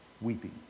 weeping